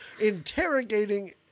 interrogating